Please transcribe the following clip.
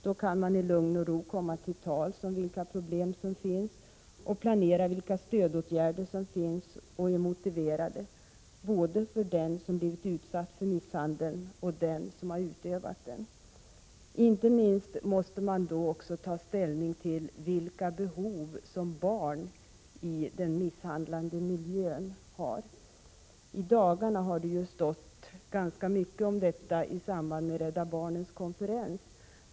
Då kan man i lugn och ro komma till tals om vilka problem som finns och planera vilka stödåtgärder som är motiverade både för den som blivit utsatt för misshandel och för den som utövat misshandeln. Inte minst måste man ta ställning till vilka behov barn som lever i en miljö av misshandel har. I dagarna har det stått ganska mycket om detta i tidningarna i samband med Rädda barnens konferens.